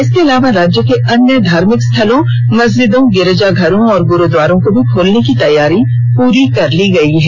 इसके अलावा राज्य के अन्य धार्मिक स्थलों मस्जिदों गिरिजाघरों और गुरूद्वारों को भी खोलने की तैयारी पूरी कर ली गई है